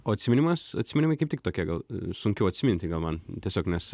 o atsiminimas atsiminimai kaip tik tokie gal sunkiau atsiminti gal man tiesiog nes